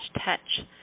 touch